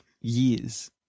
years